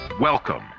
Welcome